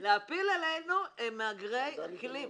מהגרי אקלים.